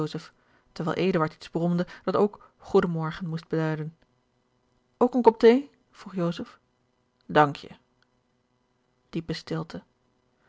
terwijl eduard iets bromde dat ook goeden morgen moest beduiden ook een kop thee vroeg joseph dank je diepe stilte